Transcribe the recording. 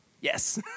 Yes